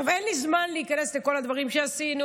אין לי זמן להיכנס לכל הדברים שעשינו,